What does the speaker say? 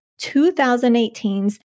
2018's